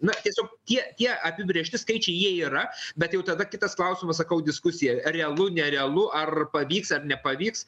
na tiesiog tie tie apibrėžti skaičiai jie yra bet jau tada kitas klausimas sakau diskusija realu nerealu ar pavyks ar nepavyks